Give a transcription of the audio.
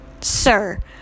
Sir